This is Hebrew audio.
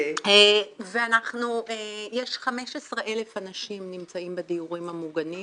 יש 15,000 אנשים שנמצאים בדיורים המוגנים